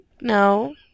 No